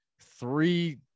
three